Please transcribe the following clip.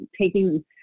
taking